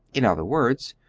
in other words,